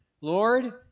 Lord